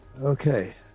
Okay